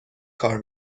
کار